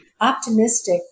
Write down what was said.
optimistic